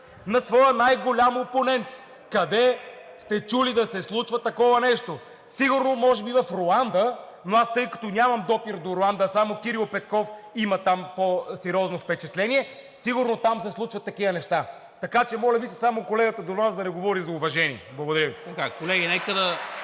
на своя най-голям опонент. Къде сте чули да се случва такова нещо?! Сигурно може би в Руанда, но аз, тъй като нямам допир до Руанда, а само Кирил Петков има там по-сериозно впечатление, сигурно там се случват такива неща? Така че, моля Ви, само колегата до Вас да не говори за уважение. Благодаря Ви. ПРЕДСЕДАТЕЛ НИКОЛА